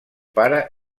pare